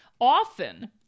Often